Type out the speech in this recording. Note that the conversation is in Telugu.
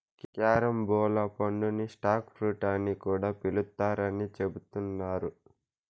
క్యారంబోలా పండుని స్టార్ ఫ్రూట్ అని కూడా పిలుత్తారని చెబుతున్నారు